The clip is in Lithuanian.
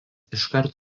iškart